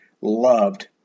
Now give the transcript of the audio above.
loved